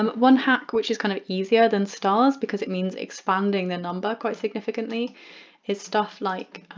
um one hack which is kind of easier than stars because it means expanding the number quite significantly is stuff like,